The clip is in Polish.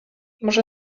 może